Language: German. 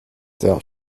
der